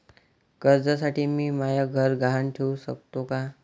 कर्जसाठी मी म्हाय घर गहान ठेवू सकतो का